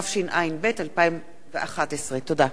התשע"ב 2011. תודה.